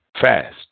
fast